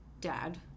dad